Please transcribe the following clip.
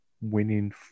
winning